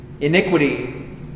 iniquity